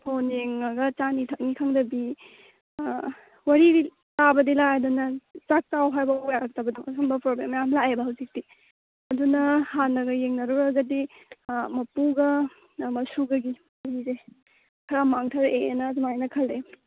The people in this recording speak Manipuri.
ꯐꯣꯟ ꯌꯦꯡꯉꯒ ꯆꯥꯅꯤ ꯊꯛꯅꯤ ꯈꯪꯗꯕꯤ ꯋꯥꯔꯤ ꯇꯥꯕꯗꯤ ꯂꯥꯏꯔꯗꯅ ꯆꯥꯛ ꯆꯥꯎ ꯍꯥꯏꯕ ꯐꯥꯎ ꯌꯥꯔꯛꯇꯕꯗꯣ ꯑꯗꯨꯝꯕ ꯄ꯭ꯔꯣꯕ꯭ꯂꯦꯝ ꯃꯌꯥꯝ ꯂꯥꯛꯑꯦꯕ ꯍꯧꯖꯤꯛꯇꯤ ꯑꯗꯨꯅ ꯍꯥꯟꯅꯒ ꯌꯦꯡꯅꯧꯔꯨꯔꯒꯗꯤ ꯃꯄꯨꯒ ꯃꯁꯨꯒꯒꯤ ꯃꯔꯤꯁꯦ ꯈꯔ ꯃꯥꯡꯊꯔꯛꯑꯦꯅ ꯑꯗꯨꯃꯥꯏꯅ ꯈꯜꯂꯦ